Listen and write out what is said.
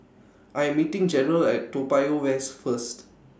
I'm meeting Jerrell At Toa Payoh West First